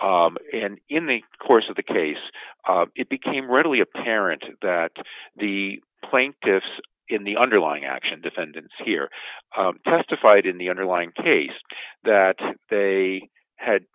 and in the course of the case it became readily apparent that the plaintiffs in the underlying action defendants here testified in the underlying case that they had